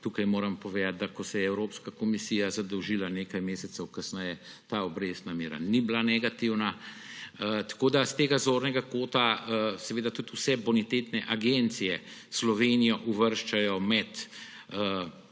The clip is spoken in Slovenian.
Tukaj moram povedati, da ko se je Evropska komisija zadolžila nekaj mesecev kasneje, ta obrestna mera ni bila negativna. Tako s tega zornega kota tudi vse bonitetne agencije Slovenijo uvrščajo med